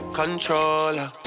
controller